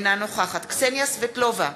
אינה נוכחת קסניה סבטלובה,